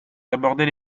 d’aborder